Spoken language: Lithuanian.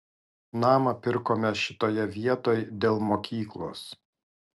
namą pirkome šitoje vietoj dėl mokyklos